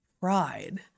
pride